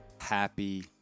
Happy